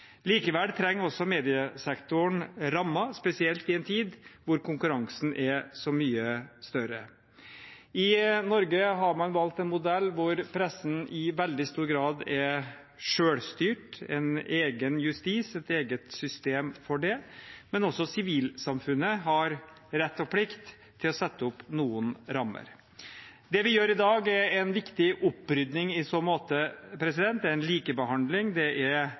Likevel trenger også mediesektoren rammer, spesielt i en tid hvor konkurransen er så mye større. I Norge har man valgt en modell hvor pressen i veldig stor grad er selvstyrt – en egen justis, et eget system for det. Men også sivilsamfunnet har rett og plikt til å sette opp noen rammer. Det vi gjør i dag, er en viktig opprydding i så måte. Det er en likebehandling. Det er